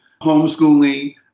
Homeschooling